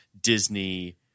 Disney